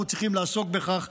אנחנו צריכים לעסוק בכך,